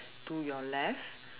to your left